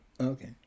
Okay